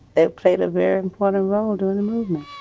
it played a very important role during the movement